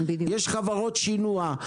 יש חברות שינוע,